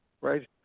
Right